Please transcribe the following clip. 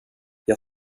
jag